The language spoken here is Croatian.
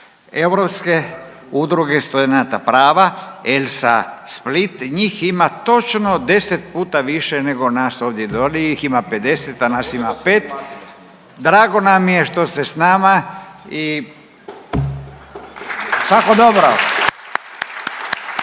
Europske udruge studenata prava ELSA Split, njih ima točno 10 puta više nego nas ovdje, dole ih ima 50, a nas ima 5. Drago nam je što ste s nama i svako